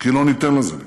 כי לא ניתן לזה לקרות.